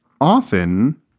often